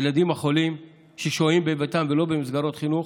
הילדים החולים ששוהים בביתם ולא במסגרות חינוך,